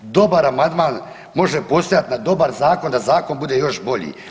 Dobar amandman može postojati na dobar zakon da zakon bude još bolji.